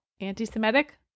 Anti-Semitic